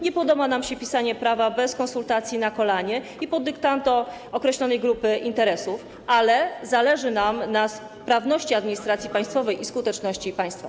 Nie podoba nam się pisanie prawa bez konsultacji, na kolanie i pod dyktando określonej grupy interesów, ale zależy nam na sprawności administracji państwowej i skuteczności państwa.